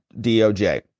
DOJ